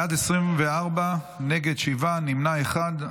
בעד, 24, נגד, שבעה, נמנע אחד.